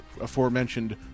aforementioned